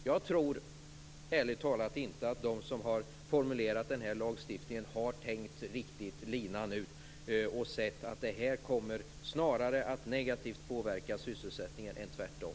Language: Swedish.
Jag tror ärligt talat inte att de som har formulerat denna lagstiftning har tänkt linan ut. De har inte sett att förslaget snarare kommer att påverka sysselsättningen negativt än tvärtom.